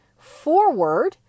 forward